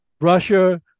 Russia